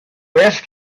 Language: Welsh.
well